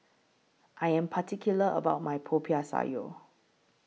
I Am particular about My Popiah Sayur